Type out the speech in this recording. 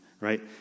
right